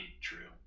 true